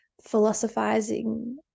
philosophizing